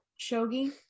shogi